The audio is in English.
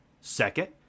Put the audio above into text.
Second